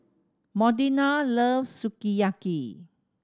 Bodena loves Sukiyaki